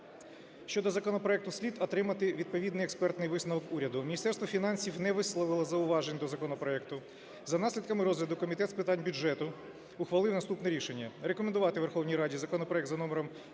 щодо законопроекту слід отримати відповідний експертний висновок уряду. Міністерство фінансів не висловило зауважень до законопроекту. За наслідками розгляду Комітет з питань бюджету ухвалив наступне рішення: рекомендувати Верховній Раді законопроект за номером